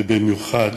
ובמיוחד